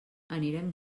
anirem